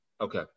Okay